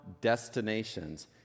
destinations